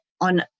on